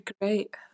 great